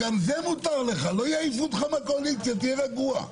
לא יעיפו אותך מהקואליציה, תהיה רגוע.